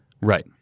Right